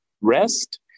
rest